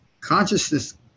Consciousness